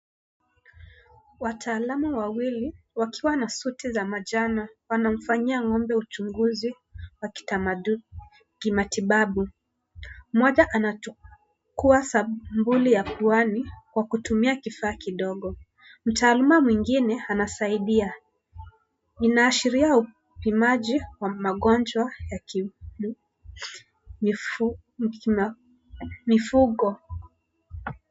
Wataalamu wawili wakiwa na suti ya manjano wanafanyia ng'ome uchunguzi wa kimatibabu moja anachukua sampuli puani kwa kutumia kifaa kidogo mtaaluma mwingine anasidia inaasshiria upimaji wa magonjwa wa mifugo.